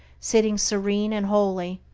sitting serene and holy,